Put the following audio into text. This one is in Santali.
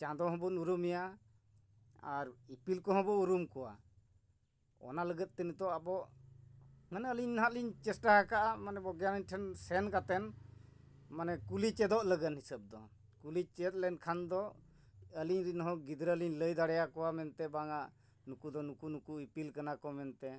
ᱪᱟᱸᱫᱚ ᱦᱚᱸᱵᱚᱱ ᱩᱨᱩᱢᱮᱭᱟ ᱟᱨ ᱤᱯᱤᱞ ᱠᱚᱦᱚᱸ ᱵᱚᱱ ᱩᱨᱩᱢ ᱠᱚᱣᱟ ᱚᱱᱟ ᱞᱟᱹᱜᱤᱫ ᱛᱮ ᱱᱤᱛᱚᱜ ᱟᱵᱚ ᱢᱟᱱᱮ ᱟᱹᱞᱤᱧ ᱦᱟᱸᱜ ᱞᱤᱧ ᱪᱮᱥᱴᱟ ᱠᱟᱜᱼᱟ ᱢᱟᱱᱮ ᱵᱚᱭᱜᱟᱱᱤᱠ ᱴᱷᱮᱱ ᱥᱮᱱ ᱠᱟᱛᱮᱱ ᱢᱟᱱᱮ ᱠᱩᱞᱤ ᱪᱮᱫᱚᱜ ᱞᱟᱹᱜᱟᱱ ᱦᱤᱥᱟᱹᱵ ᱫᱚ ᱠᱩᱞᱤ ᱪᱮᱫ ᱞᱮᱱ ᱠᱷᱟᱱ ᱫᱚ ᱟᱹᱞᱤᱧ ᱨᱮᱱᱦᱚᱸ ᱜᱤᱫᱽᱨᱟᱹ ᱞᱤᱧ ᱞᱟᱹᱭ ᱫᱟᱲᱮᱭᱟᱠᱚᱣᱟ ᱢᱮᱱᱛᱮ ᱵᱟᱝᱟ ᱱᱩᱠᱩ ᱫᱚ ᱱᱩᱠᱩ ᱱᱩᱠᱩ ᱤᱯᱤᱞ ᱠᱟᱱᱟ ᱠᱚ ᱢᱮᱱᱛᱮ